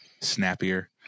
snappier